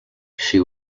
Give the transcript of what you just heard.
she